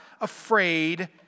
afraid